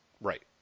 Right